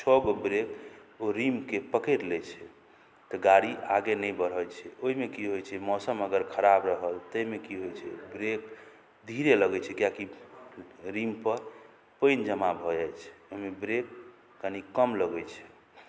छओगो ब्रेक ओ रिमके पकैड़ लै छै तऽ गाड़ी आगे नहि बढ़ै छै ओहिमे की होइ छै मौसम अगर खराब रहल ताहिमे की होइ छै ब्रेक धीरे लगै छै किएकि रिम पर पानि जमा भऽ जाइ छै ओहिमे ब्रेक कनि कम लगै छै